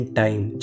time